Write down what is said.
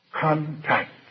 Contact